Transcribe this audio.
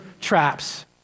traps